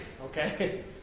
Okay